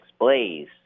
blaze